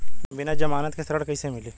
बिना जमानत के ऋण कईसे मिली?